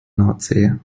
nordsee